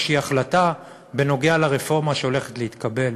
החלטה בנוגע לרפורמה שהולכת להתקבל,